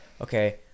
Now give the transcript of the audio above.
okay